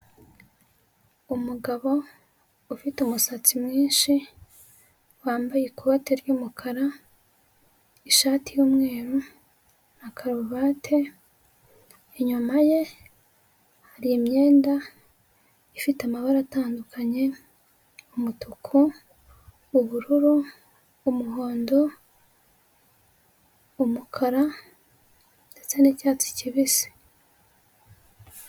Umugabo ufite umusatsi mwinshi, wambaye ikote ry'umukara, ishati y'umweru, na karovati, inyuma ye, hari imyenda ifite amabara atandukanye, umutuku, ubururu, umuhondo, umukara, ndetse n'icyatsi kibisi.